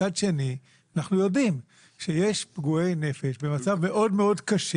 מצד שני אנחנו יודעים שיש פגועי נפש במצב מאוד מאוד קשה